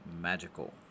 magical